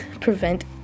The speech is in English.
prevent